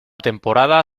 temporada